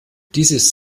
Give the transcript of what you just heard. dieses